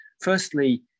Firstly